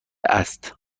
است